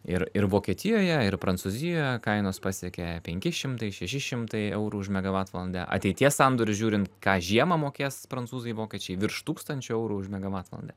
ir ir vokietijoje ir prancūzijoje kainos pasiekė penki šimtai šeši šimtai eurų už megavatvalandę ateities sandorius žiūrint ką žiemą mokės prancūzai vokiečiai virš tūkstančio eurų už megavatvalandę